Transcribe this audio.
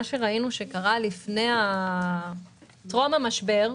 מה שראינו שקרה בטרום המשבר,